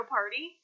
Party